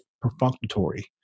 perfunctory